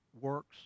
works